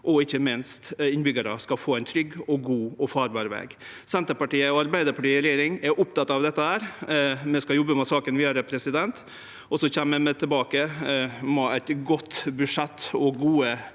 og ikkje minst innbyggjarar skal få ein trygg, god og farbar veg. Senterpartiet og Arbeidarpartiet i regjering er opptekne av dette, vi skal jobbe med saka vidare, og så kjem vi tilbake med eit godt budsjett og gode